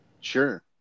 Sure